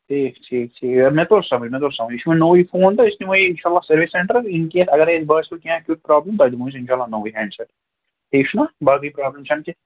ٹھیٖک ٹھیٖک ٹھیٖک مےٚ توٚر سَمٕجھ مےٚ توٚر سَمٕجھ یہِ چھُ وٕنۍ نوٚوُے فون تہٕ أسۍ نِمو یہِ اِنشاء اللہ سٔروِس سٮ۪نٹَر اِن کیس اگرَے اَسہِ باسیو کینٛہہ کیُتھ پرٛابلِم تۄہہِ دِمو أسۍ اِنشاء اللہ نوٚوُے ہٮ۪نٛڈ سٮ۪ٹ ٹھیٖک چھُنا باقٕے پرٛابلِم چھَنہٕ کیٚنٛہہ